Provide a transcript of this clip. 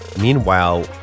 Meanwhile